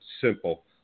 simple